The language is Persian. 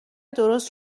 درست